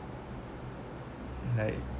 like